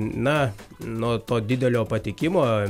na nuo to didelio patikimo